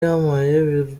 yampaye